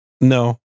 no